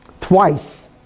twice